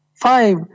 five